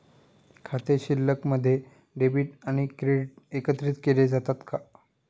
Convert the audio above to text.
खाते शिल्लकमध्ये डेबिट आणि क्रेडिट एकत्रित केले जातात का?